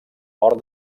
port